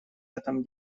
этом